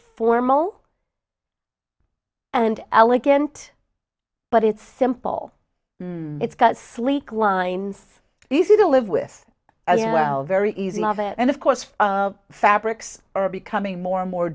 formal and elegant but it's simple it's got sleek lines easy to live with well very easy love it and of course fabrics are becoming more and more